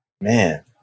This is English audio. Man